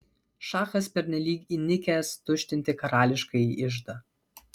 šachas pernelyg įnikęs tuštinti karališkąjį iždą